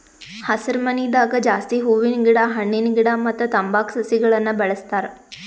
ಹಸರಮನಿದಾಗ ಜಾಸ್ತಿ ಹೂವಿನ ಗಿಡ ಹಣ್ಣಿನ ಗಿಡ ಮತ್ತ್ ತಂಬಾಕ್ ಸಸಿಗಳನ್ನ್ ಬೆಳಸ್ತಾರ್